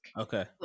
Okay